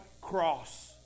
cross